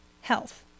health